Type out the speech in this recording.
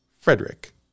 Frederick